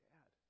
Dad